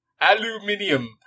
Aluminium